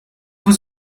was